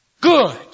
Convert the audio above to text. Good